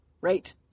Right